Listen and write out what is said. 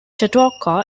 chautauqua